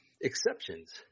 exceptions